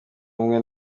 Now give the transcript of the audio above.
umwe